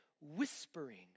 whispering